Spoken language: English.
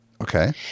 Okay